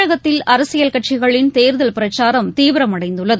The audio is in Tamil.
தமிழகத்தில் அரசியல் கட்சிகளின் தேர்தல் பிரச்சாரம் தீவிரம் அடைந்துள்ளது